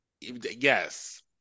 yes